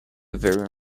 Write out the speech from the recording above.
very